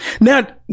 Now